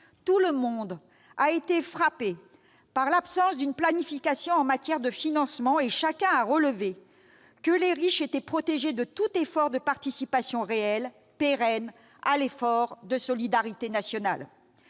tout le monde a été frappé par l'absence de planification en matière de financement et chacun a relevé que les riches étaient protégés de tout effort de participation réelle, pérenne à l'effort de solidarité nationale.